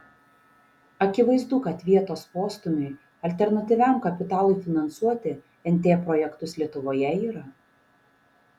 akivaizdu kad vietos postūmiui alternatyviam kapitalui finansuoti nt projektus lietuvoje yra